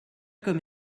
comme